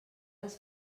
les